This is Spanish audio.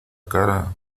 cara